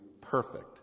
perfect